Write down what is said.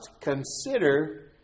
consider